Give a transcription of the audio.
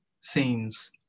scenes